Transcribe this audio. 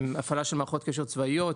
להפעלת מערכות קשר צבאיות,